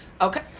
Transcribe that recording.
Okay